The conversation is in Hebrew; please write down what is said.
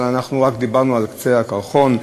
אבל אנחנו דיברנו רק על קצה הקרחון,